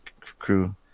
crew